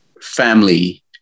family